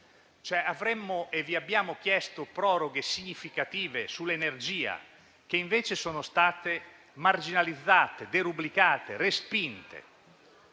Paese. Vi abbiamo chiesto proroghe significative sull'energia, che invece sono state marginalizzate, derubricate e respinte.